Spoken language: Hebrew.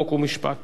חוק ומשפט